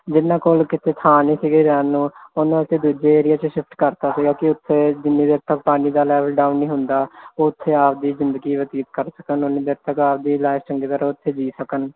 ਜਿਨ੍ਹਾਂ ਕੋਲ ਕਿਤੇ ਥਾਂ ਨਹੀਂ ਸੀਗੇ ਰਹਿਣ ਨੂੰ ਉਹਨੂੰ ਅਸੀਂ ਦੂਜੇ ਏਰੀਏ 'ਚ ਸ਼ਿਫਟ ਕਰਤਾ ਸੀਗਾ ਕਿ ਉੱਤੇ ਜਿੰਨੀ ਦੇਰ ਤੱਕ ਪਾਣੀ ਦਾ ਲੈਵਲ ਡਾਊਨ ਨਹੀਂ ਹੁੰਦਾ ਉੱਥੇ ਆਪਣੀ ਜ਼ਿੰਦਗੀ ਬਤੀਤ ਕਰ ਸਕਣ ਉੰਨੀ ਦੇਰ ਤੱਕ ਆਪਣੀ ਲਾਈਫ ਚੰਗੀ ਤਰ੍ਹਾਂ ਉੱਥੇ ਜੀਅ ਸਕਣ